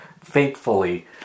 faithfully